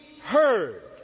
heard